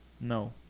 No